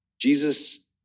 Jesus